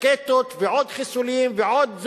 רקטות, ועוד חיסולים ועוד.